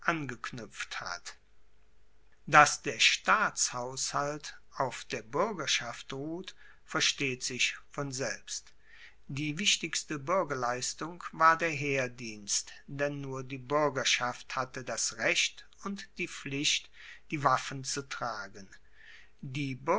angeknuepft hat dass der staatshaushalt auf der buergerschaft ruht versteht sich von selbst die wichtigste buergerleistung war der heerdienst denn nur die buergerschaft hatte das recht und die pflicht die waffen zu tragen die